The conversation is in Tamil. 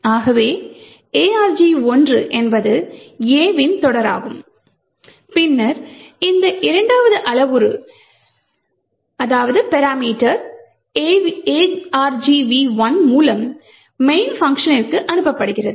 ஆகவே argv1 என்பது A வின் தொடராகும் பின்னர் இந்த இரண்டாவது அளவுரு argv1 மூலம் main பங்க்ஷனிற்கு அனுப்பப்படுகிறது